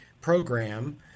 program